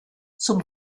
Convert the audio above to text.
zum